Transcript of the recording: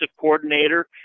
coordinator